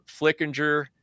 Flickinger